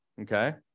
Okay